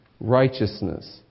Righteousness